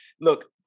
look